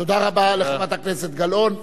תודה רבה לחברת הכנסת גלאון.